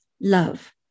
love